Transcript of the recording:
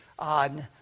on